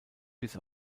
bis